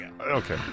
Okay